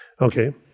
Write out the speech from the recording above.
Okay